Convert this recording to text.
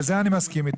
בזה אני מסכים איתך,